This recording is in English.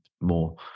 more